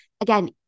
Again